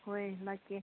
ꯍꯣꯏ ꯂꯥꯛꯀꯦ